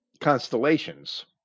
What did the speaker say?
constellations